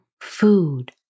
food